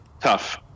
tough